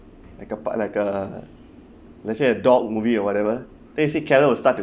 like a part like a let's say a dog movie or whatever then you see carol will start to